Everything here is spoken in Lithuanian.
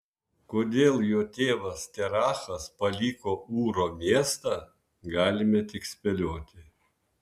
kodėl jo tėvas terachas paliko ūro miestą galime tik spėlioti